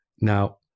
Now